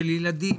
של ילדים,